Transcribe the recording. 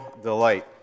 delight